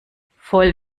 voll